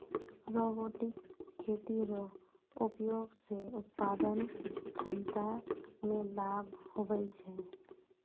robotic खेती रो उपयोग से उत्पादन क्षमता मे लाभ हुवै छै